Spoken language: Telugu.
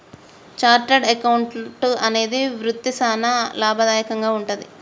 చార్టర్డ్ అకౌంటెంట్ అనే వృత్తి సానా లాభదాయకంగా వుంటది